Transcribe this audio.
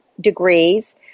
degrees